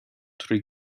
trwy